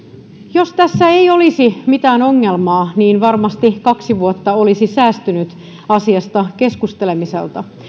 jos tässä ei olisi mitään ongelmaa niin varmasti kaksi vuotta olisi säästynyt asiasta keskustelemiselta